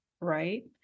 right